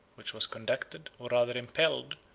which was conducted, or rather impelled,